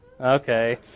Okay